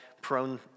prone